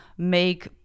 make